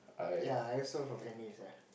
yea I also from N_A sia